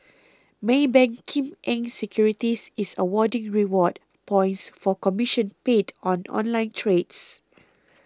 Maybank Kim Eng Securities is awarding reward points for commission paid on online trades